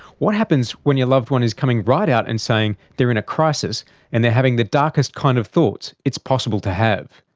what happens when your loved one is coming right out and saying they're in a crisis and they're having the darkest kind of thoughts it's possible to have,